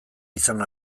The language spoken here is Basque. izan